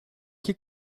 que